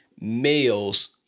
males